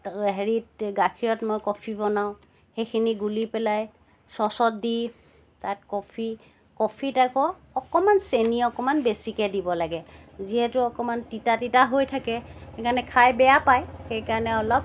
হেৰিত গাখীৰত মই কফি বনাওঁ সেইখিনি গুলি পেলাই ছ'চত দি তাক কফি কফিত আকৌ অকণমান চেনি অকণমান বেছিকৈ দিব লাগে যিহেতু অকণমান তিতা তিতা হৈ থাকে সেইকাৰণে খাই বেয়া পায় সেইকাৰণে অলপ